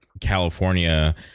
California